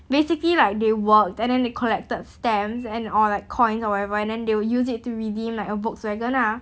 basically like they worked and then they collected stamps and all like coins or whatever and then they will use it to redeem like a Volkswagen ah